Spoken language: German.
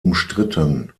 umstritten